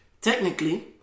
Technically